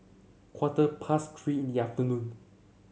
quarter past Three in the afternoon